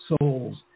souls